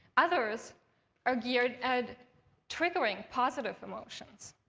others are geared at triggering positive emotions.